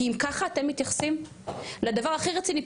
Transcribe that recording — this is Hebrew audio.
כי אם ככה אתם מתייחסים לדבר הכי רציני,